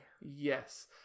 Yes